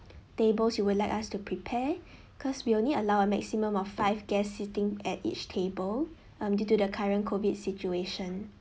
tables you would like us to prepare cause we only allow a maximum of five guest sitting at each table um due to the current COVID situation